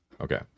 Okay